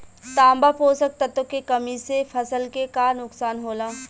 तांबा पोषक तत्व के कमी से फसल के का नुकसान होला?